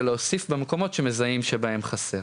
ולהוסיף במקומות שמזהים שבהם חסר.